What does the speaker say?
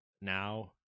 now